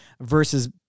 versus